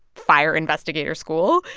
fire investigator school.